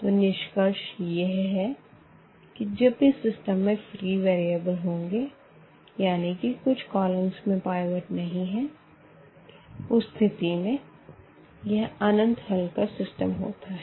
तो निष्कर्ष यह है कि जब भी सिस्टम में फ़्री वेरीअबल होंगे यानी कि कुछ कॉलमस में पाइवट नहीं है उस स्थिति में यह अनंत हल का सिस्टम होता है